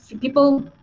people